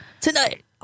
Tonight